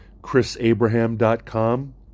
chrisabraham.com